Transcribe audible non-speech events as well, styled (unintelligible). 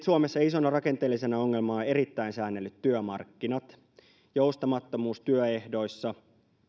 (unintelligible) suomessa isona rakenteellisena ongelmana on erittäin säännellyt työmarkkinat joustamattomuus työehdoissa